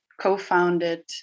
co-founded